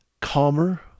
calmer